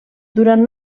durant